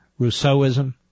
Rousseauism